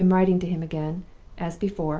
i have been writing to him again as before,